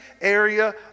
area